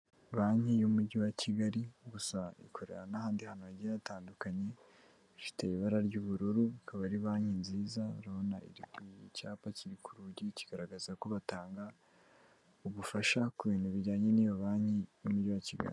Banki y'Umujyi wa Kigali, gusa ikorera n'ahandi hantu hagiye hatandukanye, ifite ibara ry'ubururu, ikaba ari banki nziza, urabona icyapa kiri ku rugi kigaragaza ko batanga ubufasha ku bintu bijyanye n'iyo banki y'Umujyi wa Kigali.